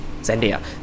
Zendaya